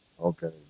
Okay